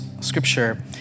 scripture